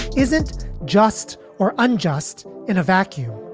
is it just or unjust in a vacuum?